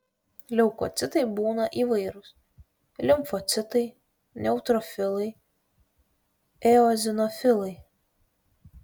leukocitai būna įvairūs limfocitai neutrofilai eozinofilai